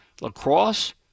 lacrosse